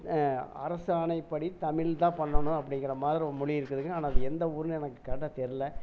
அரசு ஆணைப்படி தமிழ் தான் பண்ணணும் அப்படிங்கிற மாதிரி ஒரு மொழி இருக்குதுங்க ஆனால் அது எந்த ஊர்னு எனக்கு கரெக்டாக தெரில